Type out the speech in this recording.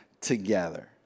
together